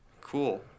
Cool